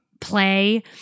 play